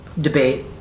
debate